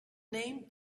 name